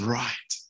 right